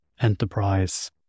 enterprise